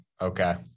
okay